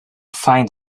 find